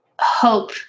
hope